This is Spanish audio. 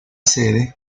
sede